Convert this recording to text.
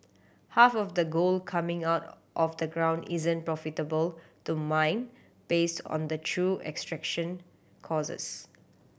half of the gold coming out of the ground isn't profitable to mine based on the true extraction causes